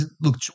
Look